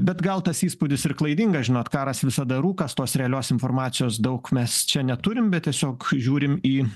bet gal tas įspūdis ir klaidingas žinot karas visada rūkas tos realios informacijos daug mes čia neturim bet tiesiog žiūrim į